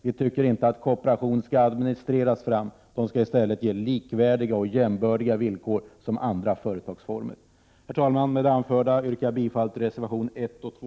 Vi tycker inte att kooperation skall administreras fram, utan ges likvärdiga och jämbördiga villkor med andra företagsformer. Herr talman! Med det anförda yrkar jag bifall till reservationerna 1 och 2.